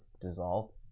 dissolved